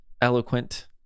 eloquent